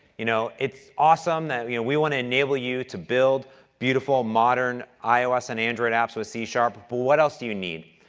you know, it's awesome that, you know, we want to enable you to build beautiful, modern ios and android aps with c-sharp, but what else do you need?